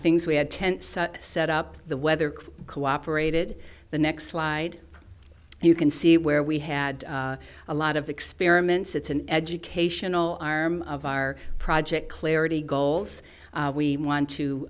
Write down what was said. things we had tents set up the weather cooperated the next slide and you can see where we had a lot of experiments it's an educational arm of our project clarity goals we want to